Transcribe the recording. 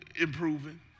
improving